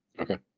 okay